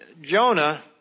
Jonah